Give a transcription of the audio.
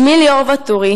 שמי ליאור וטורי,